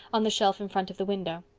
on the shelf in front of the window.